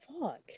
fuck